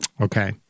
Okay